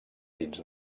dins